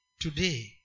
today